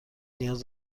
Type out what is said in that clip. نیاز